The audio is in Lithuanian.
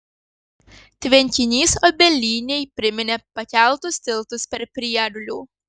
tvenkinys obelynėj priminė pakeltus tiltus per prieglių